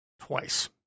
twice